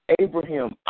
Abraham